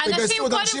שהם משנים.